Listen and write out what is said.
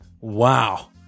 Wow